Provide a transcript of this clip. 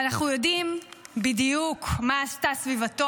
ואנחנו יודעים בדיוק מה עשתה סביבתו